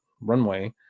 runway